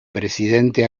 presidente